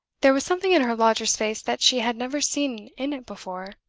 there was something in her lodger's face that she had never seen in it before.